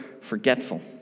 forgetful